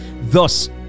thus